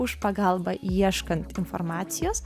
už pagalbą ieškant informacijos